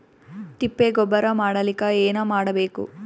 ತಿಪ್ಪೆ ಗೊಬ್ಬರ ಮಾಡಲಿಕ ಏನ್ ಮಾಡಬೇಕು?